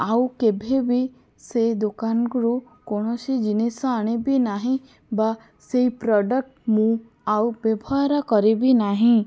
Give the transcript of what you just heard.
ଆଉ କେବେବି ସେହି ଦୋକାନରୁ କୌଣସି ଜିନିଷ ଆଣିବି ନାହିଁ ବା ସେହି ପ୍ରଡ଼କ୍ଟ ମୁଁ ଆଉ ବ୍ୟବହାର କରିବି ନାହିଁ